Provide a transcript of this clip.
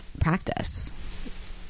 practice